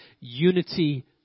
unity